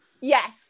Yes